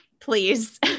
please